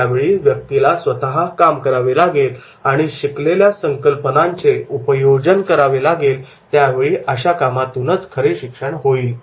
ज्यावेळी व्यक्तीला स्वतः काम करावे लागेल आणि शिकलेल्या संकल्पनांचे उपयोजन करावे लागेल त्यावेळी अशा कामातूनच खरे शिक्षण होईल